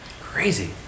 crazy